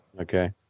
Okay